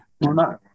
no